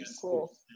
Cool